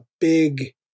big